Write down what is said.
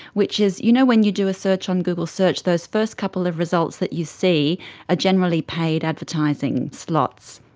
which is you know when you do a search on google search, those first couple of results that you see are generally paid advertising slots.